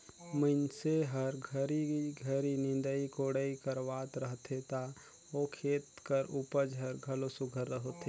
मइनसे हर घरी घरी निंदई कोड़ई करवात रहथे ता ओ खेत कर उपज हर घलो सुग्घर होथे